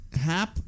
Hap